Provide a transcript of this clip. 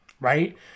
right